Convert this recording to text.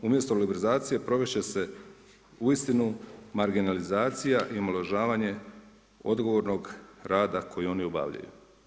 Umjesto liberalizacije provesti će se uistinu marginalizacija i omalovažavanje odgovornog rada koji oni obavljaju.